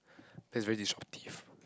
that is very disruptive